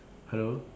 hello